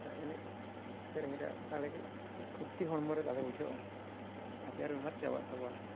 ᱟᱨ ᱮᱱᱮᱡ ᱥᱮᱨᱮᱧ ᱨᱮᱭᱟᱜ ᱫᱟᱲᱮ ᱜᱮ ᱯᱷᱩᱨᱛᱤ ᱦᱚᱲᱢᱚ ᱨᱮ ᱫᱟᱲᱮ ᱵᱩᱡᱷᱟᱹᱜᱼᱟ ᱟᱡᱟᱨ ᱵᱤᱢᱟᱨ ᱪᱟᱵᱟᱜ ᱛᱟᱵᱚᱣᱟ